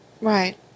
right